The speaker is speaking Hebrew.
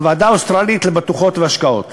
הוועדה האוסטרלית לבטוחות והשקעות.